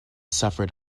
suffered